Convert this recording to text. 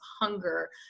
hunger